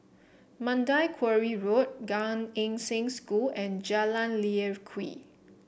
Mandai Quarry Road Gan Eng Seng School and Jalan Lye Kwee